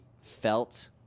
felt